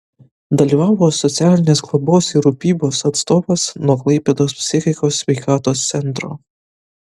dalyvavo socialinės globos ir rūpybos atstovas nuo klaipėdos psichikos sveikatos centro